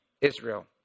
Israel